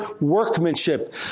workmanship